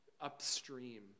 upstream